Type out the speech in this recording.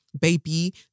Baby